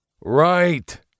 Right